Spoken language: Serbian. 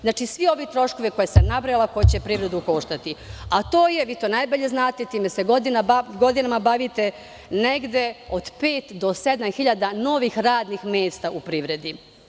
Znači, svi ovi troškovi koje sam nabrojala će privredu koštati, a to je, vi to najbolje znate, time se godinama bavite, negde od pet do sedam hiljada novih radnih mesta u privredi.